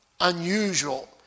unusual